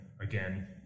again